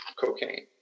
cocaine